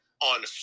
on